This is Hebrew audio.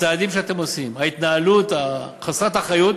הצעדים שאתם עושים, ההתנהלות חסרת האחריות